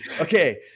okay